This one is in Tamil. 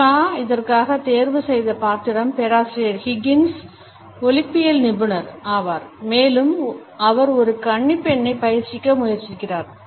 ஷா இதற்காக தேர்வு செய்த பாத்திரம் பேராசிரியர் ஹிக்கின்ஸ் ஒலிப்பியல் நிபுணர் ஆவார் மேலும் அவர் ஒரு கன்னிப் பெண்ணைப் பயிற்சிக்க முயற்சிக்கிறார்